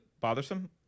bothersome